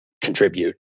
contribute